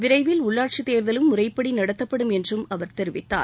விரைவில் உள்ளாட்சித் தேர்தலும் முறைப்படி நடத்தப்படும் என்றும் அவர் தெரிவித்தார்